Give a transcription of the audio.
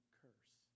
curse